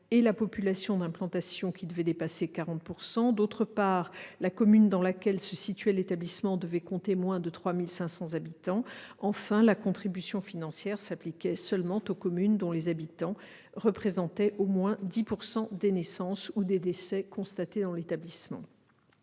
et la population d'implantation devait dépasser 40 %; la commune dans laquelle se situait l'établissement devait compter moins de 3 500 habitants ; la contribution financière s'appliquait seulement aux communes dont les habitants représentaient au moins 10 % des naissances ou des décès constatés dans l'établissement.